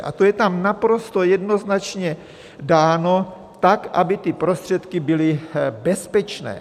A to je tam naprosto jednoznačně dáno tak, aby ty prostředky byly bezpečné.